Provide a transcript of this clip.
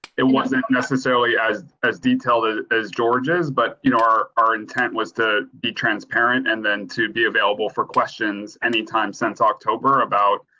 it wasn't necessarily as as detailed as george's but, you know, our our intent was to be transparent and then to be available for questions anytime since october about.